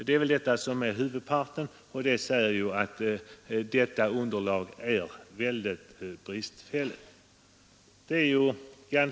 Dessa köp utgör ändå huvudparten, de ger en felaktig bild, men utan dessa blir statistikunderlaget mycket ringa.